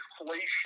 inflation